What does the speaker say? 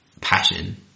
passion